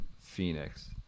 phoenix